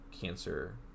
cancer